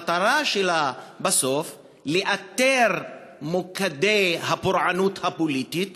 המטרה שלה בסוף היא לאתר את מוקדי הפורענות הפוליטית,